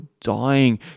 dying